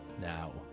Now